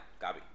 Gabi